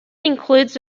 includes